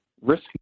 risk